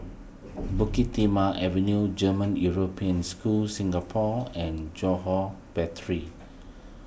Bukit Timah Avenue German European School Singapore and Johore Battery